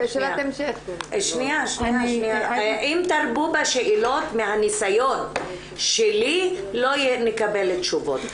אם תרבו בשאלות, מהניסיון שלי, לא נקבל תשובות.